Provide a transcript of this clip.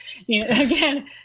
again